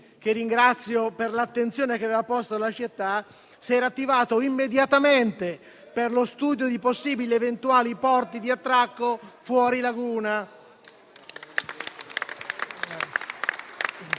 che ringrazio per l'attenzione che aveva posto sulla città - si era attivato immediatamente per lo studio di possibili, eventuali porti di attracco fuori laguna.